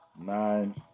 nine